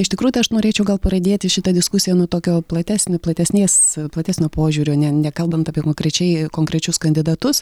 iš tikrųjų tai aš norėčiau gal pradėti šitą diskusiją nuo tokio platesnio platesnės platesnio požiūrio ne nekalbant apie konkrečiai konkrečius kandidatus